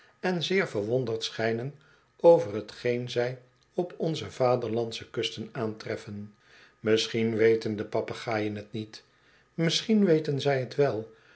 en zeer verwonderd schijnen over t geen zij op onze vaderlandsche kusten aantreffen misschien weten de papegaaien t niet misschien weten zij t wel